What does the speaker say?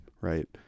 Right